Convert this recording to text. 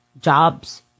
jobs